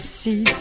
see